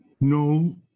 No